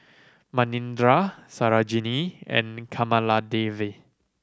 Manindra Sarojini and Kamaladevi